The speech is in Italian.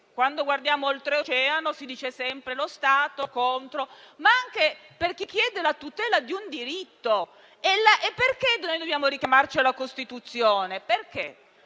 quando guardiamo oltreoceano, l'accezione è sempre: lo Stato contro), ma anche se si chiede la tutela di un diritto. Perché noi dobbiamo richiamarci alla Costituzione? Perché